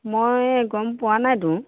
মই গম পোৱা নাইতো